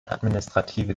administrative